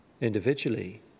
individually